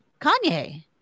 Kanye